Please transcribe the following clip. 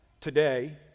Today